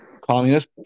Communist